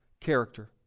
character